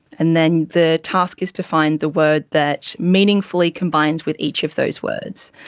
and then the task is to find the word that meaningfully combines with each of those words.